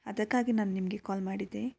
ಅದಕ್ಕಾಗಿ ನಾನು ನಿಮಗೆ ಕಾಲ್ ಮಾಡಿದೆ